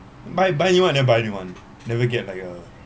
buy buy new one never buy new one never get like a